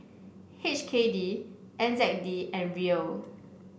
H K D N Z D and Riel